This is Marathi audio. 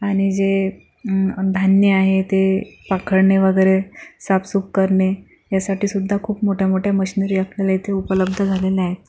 आणि जे धान्य आहे ते पाखडणे वगैरे साफसूफ करणे या साठी सुद्धा खूप मोठ्या मोठ्या मशिनरी आपल्याला येथे उपलब्ध झालेल्या आहे